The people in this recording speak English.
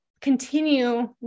continue